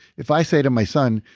if i say to my son,